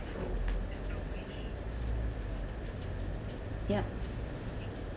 yup